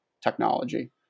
technology